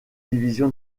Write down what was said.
division